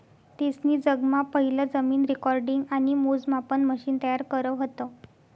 तेसनी जगमा पहिलं जमीन रेकॉर्डिंग आणि मोजमापन मशिन तयार करं व्हतं